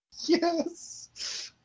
Yes